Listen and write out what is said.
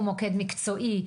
הוא מוקד מקצועי,